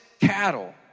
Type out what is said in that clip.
cattle